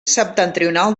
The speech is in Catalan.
septentrional